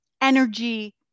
energy